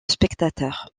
spectateurs